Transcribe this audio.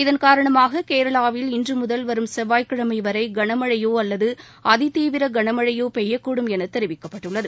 இதன் காரணமாக கேரளாவில் இன்று முதல் வரும் செவ்வாய் கிழமை வரை கனமழையோ அல்லது அதிதீவிர கனமழையோ பெய்யக்கூடும் என தெரிவிக்கப்பட்டுள்ளது